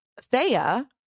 Thea